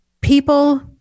people